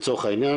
לצורך העניין,